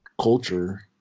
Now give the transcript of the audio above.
culture